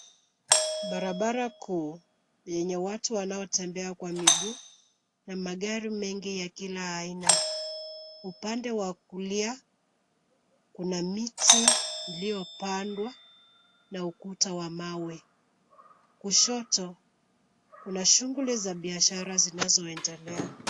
Barabara kuu yenye watu wanaotembea kwa miguu na magari mengi ya kila aina. Upande wa kulia kuna miti iliopandwa na ukuta wa mawe. Kushoto, kuna shughuli za biashara zinazoendelea.